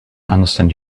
understand